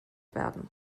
werden